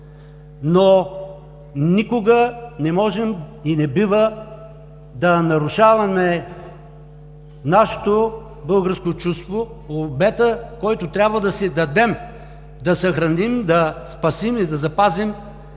но никога не можем и не бива да нарушаваме нашето българско чувство, обета, който трябва да си дадем – да съхраним, да спасим и да запазим